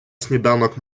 сніданок